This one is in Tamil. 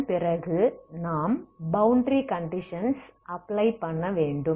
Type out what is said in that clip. அதன் பிறகு நாம் பௌண்டரி கண்டிஷன்ஸ் அப்ளை பண்ண வேண்டும்